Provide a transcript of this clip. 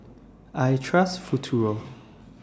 I Trust Futuro